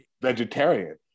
vegetarian